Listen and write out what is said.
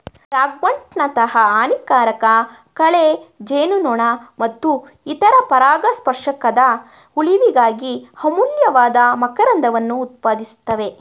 ರಾಗ್ವರ್ಟ್ನಂತಹ ಹಾನಿಕಾರಕ ಕಳೆ ಜೇನುನೊಣ ಮತ್ತು ಇತರ ಪರಾಗಸ್ಪರ್ಶಕದ ಉಳಿವಿಗಾಗಿ ಅಮೂಲ್ಯವಾದ ಮಕರಂದವನ್ನು ಉತ್ಪಾದಿಸ್ತವೆ